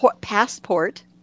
passport